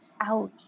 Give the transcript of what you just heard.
ouch